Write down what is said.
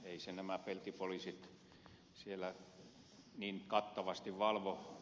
eivät nämä peltipoliisit siellä niin kattavasti valvo